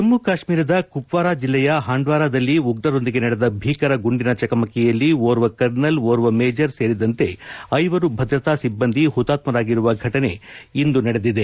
ಜಮ್ನು ಕಾಶ್ನೀರದ ಕುಪ್ನಾರ ಜಿಲ್ಲೆಯ ಹಾಂಡ್ನಾರದಲ್ಲಿ ಉಗ್ರರೊಂದಿಗೆ ನಡೆದ ಭೀಕರ ಗುಂಡಿನ ಚಕಮಕಿಯಲ್ಲಿ ಓರ್ವ ಕರ್ನಲ್ ಓರ್ವ ಮೇಜರ್ ಸೇರಿದಂತೆ ಐವರು ಭದ್ರತಾ ಸಿಬ್ಲಂದಿ ಹುತಾತ್ತರಾಗಿರುವ ಫಟನೆ ಭಾನುವಾರ ನಡೆದಿದೆ